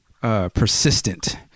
persistent